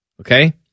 Okay